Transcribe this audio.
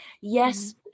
Yes